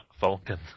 Falcon